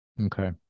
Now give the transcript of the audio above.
Okay